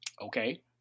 okay